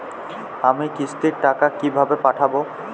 আমি কিস্তির টাকা কিভাবে পাঠাব?